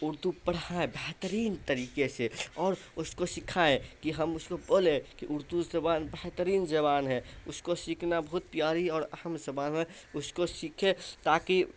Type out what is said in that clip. اردو پڑھائیں بہترین طریقے سے اور اس کو سکھائیں کہ ہم اس کو بولیں کہ اردو زبان بہترین زبان ہے اس کو سیکھنا بہت پیاری اور اہم زبان ہے اس کو سیکھیں تاکہ